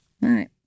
right